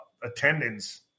attendance